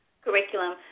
Curriculum